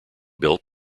built